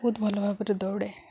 ବହୁତ ଭଲ ଭାବରେ ଦୌଡ଼େ